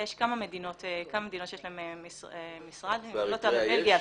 יש כמה מדינות שיש להן משרד: בלגיה,